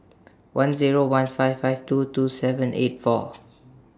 one Zero one five five two two seven eight four